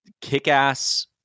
kick-ass